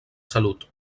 salut